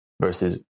versus